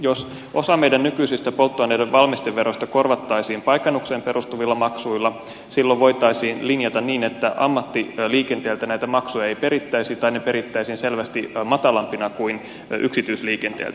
jos osa meidän nykyisistä polttoaineiden valmisteveroistamme korvattaisiin paikannukseen perustuvilla maksuilla silloin voitaisiin linjata niin että ammattiliikenteeltä näitä maksuja ei perittäisi tai ne perittäisiin selvästi matalampina kuin yksityisliikenteeltä